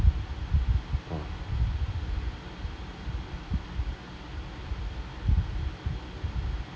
oh